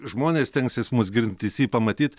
žmonės stengsis mus girdintys jį pamatyt